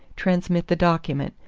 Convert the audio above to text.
transmit the document,